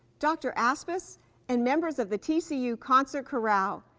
dr. aspaas and members of the tcu concert chorale,